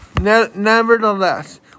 Nevertheless